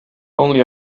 only